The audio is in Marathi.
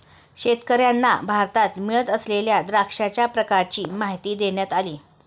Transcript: शेतकर्यांना भारतात मिळत असलेल्या द्राक्षांच्या प्रकारांची माहिती देण्यात आली